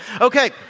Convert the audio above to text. Okay